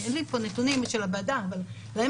אין לי פה נתונים של הוועדה אבל להים